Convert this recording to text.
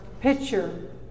picture